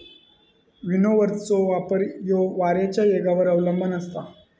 विनोव्हरचो वापर ह्यो वाऱ्याच्या येगावर अवलंबान असता